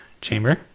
Chamber